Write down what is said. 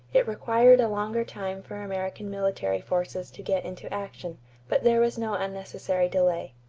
it required a longer time for american military forces to get into action but there was no unnecessary delay.